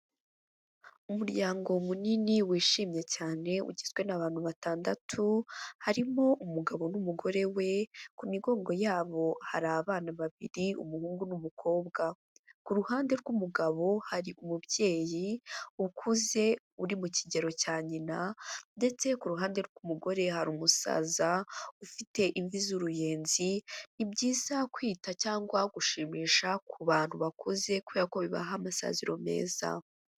Umuryango munini wishimye cyane ugizwe n'abantu batandatu, harimo umugabo n'umugore we, ku migongo yabo hari abana babiri umuhungu n'umukobwa, ku ruhande rw'umugabo hari umubyeyi, ukuze uri mu kigero cya nyina ndetse ku ruhande rw'umugore hari umusaza ufite imvi z'uruyenzi, ni byiza kwita cyangwa gushimisha ku bantu bakuze kubera ko bibaha amasaziro meza.